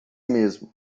mesmo